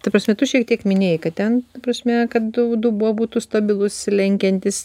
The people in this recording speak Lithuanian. ta prasme tu šiek tiek minėjai kad ten prasme kad du dubuo būtų stabilus lenkiantis